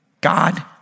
God